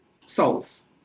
souls